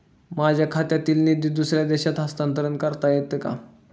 माझ्या खात्यातील निधी दुसऱ्या देशात हस्तांतर करता येते का?